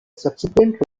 subsequent